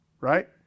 right